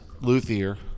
luthier